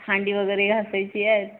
भांडी वगैरे घासायची आहेत